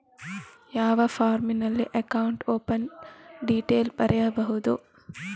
ಯಾವ ಫಾರ್ಮಿನಲ್ಲಿ account open detail ಬರೆಯುವುದು?